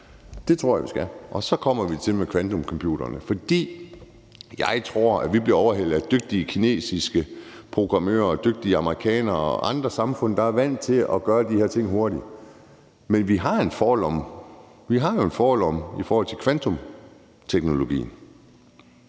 det tror jeg, vi skal. Nu kommer vi så til det med kvantecomputerne. Jeg tror, at vi bliver overhalet af dygtige kinesiske programmører og dygtige amerikanere og folk fra andre samfund, der er vant til at gøre de her ting hurtigt. Men vi har jo en forlomme i forhold til kvanteteknologien.